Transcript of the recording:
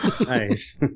Nice